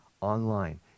online